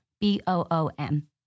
B-O-O-M